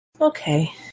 Okay